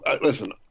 listen